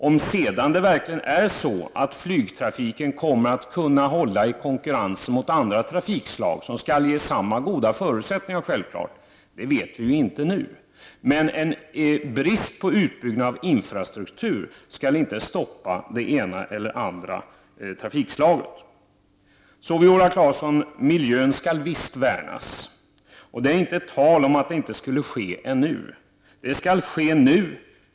Om sedan flygtrafiken kommer att klara sig i konkurrensen med andra trafikslag, som självklart skall ges samma goda förutsättningar, vet vi inte nu. Men en brist på utbyggnad av infrastruktur skall inte stoppa vare sig det ena eller det andra trafikslaget. Miljön skall visst värnas, Viola Claesson. Det är inte tal om att det inte skall ske ännu.